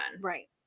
Right